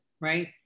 right